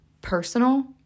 personal